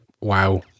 wow